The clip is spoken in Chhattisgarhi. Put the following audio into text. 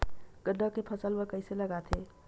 गन्ना के फसल ल कइसे लगाथे?